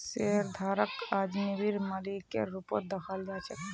शेयरधारकक आजीवनेर मालिकेर रूपत दखाल जा छेक